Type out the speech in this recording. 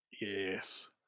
Yes